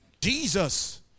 Jesus